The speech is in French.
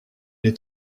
est